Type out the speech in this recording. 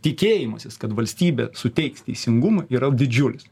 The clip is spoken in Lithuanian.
tikėjimasis kad valstybė suteiks teisingumą yra didžiulis